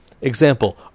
Example